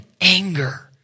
anger